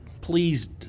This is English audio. please